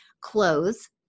clothes